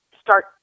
start